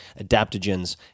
adaptogens